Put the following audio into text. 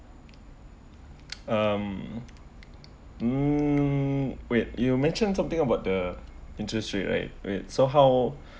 um mm wait you mentioned something about the interest rate right wait so how